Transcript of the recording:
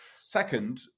Second